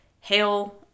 hail